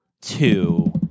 two